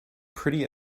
pretty